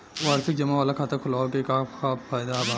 वार्षिकी जमा वाला खाता खोलवावे के का फायदा बा?